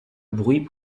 bruit